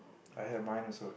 I have mine also